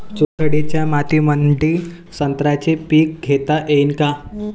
चुनखडीच्या मातीमंदी संत्र्याचे पीक घेता येईन का?